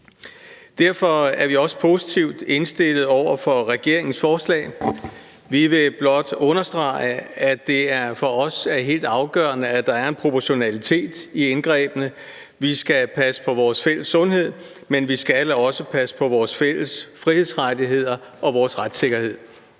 Derfor er vi også positivt indstillet over for regeringens forslag. Vi vil blot understrege, at det for os er helt afgørende, at der er proportionalitet i indgrebene. Vi skal passe på vores fælles sundhed, men vi skal også passe på vores fælles frihedsrettigheder og vores retssikkerhed.